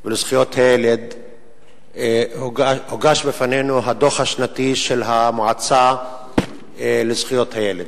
ולזכויות הילד הוגש בפנינו הדוח השנתי של המועצה לזכויות הילד,